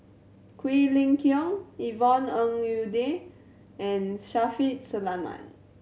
Quek Ling Kiong Yvonne Ng Uhde and Shaffiq Selamat